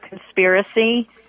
conspiracy